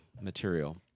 material